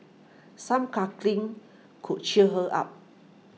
some cuddling could cheer her up